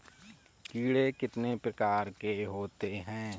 कीड़े कितने प्रकार के होते हैं?